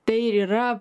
tai ir yra